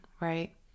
right